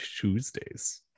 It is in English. Tuesdays